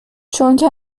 چونکه